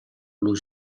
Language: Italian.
lui